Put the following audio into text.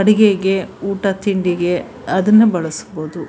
ಅಡುಗೆಗೆ ಊಟ ತಿಂಡಿಗೆ ಅದನ್ನು ಬಳಸ್ಬೋದು